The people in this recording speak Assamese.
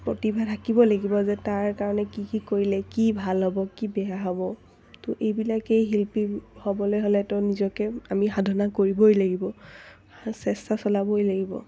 প্ৰতিভা থাকিব লাগিব যে তাৰ কাৰণে কি কি কৰিলে কি ভাল হ'ব কি বেয়া হ'ব ত' এইবিলাকেই শিল্পী হ'বলৈ হ'লেতো নিজকে আমি সাধনা কৰিবই লাগিব চেষ্টা চলাবই লাগিব